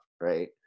right